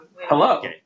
Hello